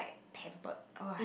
pampered ugh